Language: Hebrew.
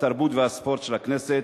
התרבות והספורט של הכנסת,